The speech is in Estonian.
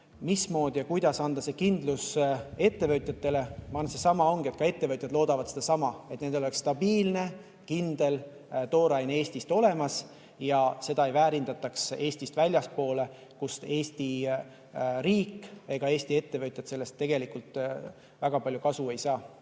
Mismoodi anda see kindlus ettevõtjatele? Ma arvan, et seesama ongi: ka ettevõtjad loodavad seda, et nendel oleks stabiilne, kindel tooraine Eestist olemas ja et seda ei väärindataks Eestist väljapoole, kust Eesti riik ega Eesti ettevõtjad sellest tegelikult väga palju kasu ei saa.